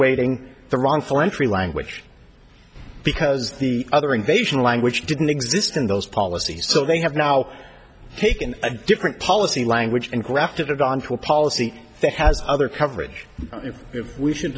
ating the wrongful entry language because the other invasion language didn't exist in those policies so they have now taken a different policy lang and grafted onto a policy that has other coverage if we should